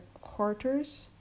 quarters